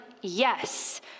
yes